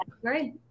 great